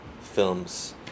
films